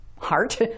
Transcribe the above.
heart